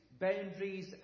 Boundaries